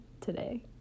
today